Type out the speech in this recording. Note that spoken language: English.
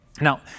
Now